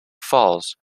falls